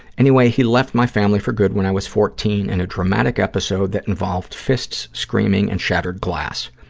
anyway, he left my family for good when i was fourteen in a dramatic episode that involved fists, screaming and shattered glass.